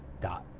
dot